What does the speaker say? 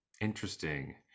interesting